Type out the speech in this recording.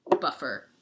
buffer